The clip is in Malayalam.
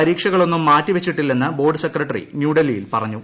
പരീക്ഷകളൊന്നും മാറ്റിവച്ചിട്ടില്ലെന്ന് ബോർഡ് സെക്രട്ടറി ന്യൂഡൽഹിയിൽ പറഞ്ഞു